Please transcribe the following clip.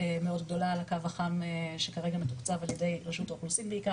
מאוד גדולה על הקו החם שכרגע מתוקצב ע"י רשות האוכלוסין בעיקר